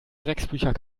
drecksbücher